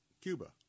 Cuba